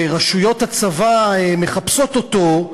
ורשויות הצבא מחפשות אותו,